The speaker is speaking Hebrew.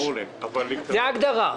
זו ההגדרה.